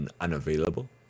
unavailable